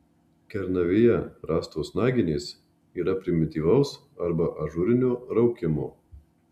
kernavėje rastos naginės yra primityvaus arba ažūrinio raukimo